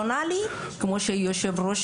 בנוסף לזה, כפי שאמרת, יושב הראש,